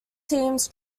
teams